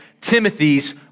Timothy's